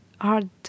hard